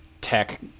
tech